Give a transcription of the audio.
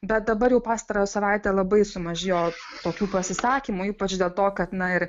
bet dabar jau pastarąją savaitę labai sumažėjo tokių pasisakymų ypač dėl to kad na ir